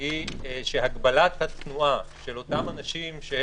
הוא שהגבלת התנועה של אותם אנשים,